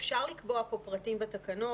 אפשר לקבוע פה פרטים בתקנות,